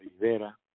Rivera